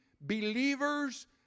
believers